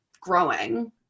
growing